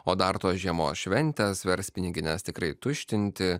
o dar tos žiemos šventes vers pinigines tikrai tuštinti